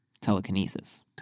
Telekinesis